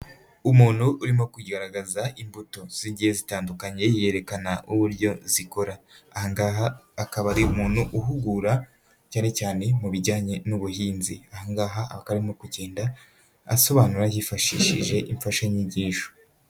Umuntu urimo kugaragaza ipoto zigiye zitandukanye yerekana uburyo zikora. Ahangaha akaba ari umuntu uhugura cyane cyane mu bijyanye n'ubuhinzi, ahangaha akaba ari gusobanura yifashishije imfashanyigisho.